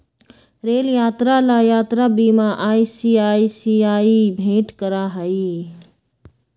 rail यात्रा ला यात्रा बीमा आई.सी.आई.सी.आई भेंट करा हई